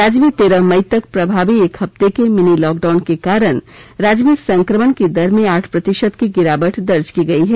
राज्य में तेरह मई तक प्रभावी एक हफ्ते के मिनी लॉकडाउन के कारण राज्य में संक्रमण की दर में आठ प्रतिशत की गिरावट दर्ज की गई है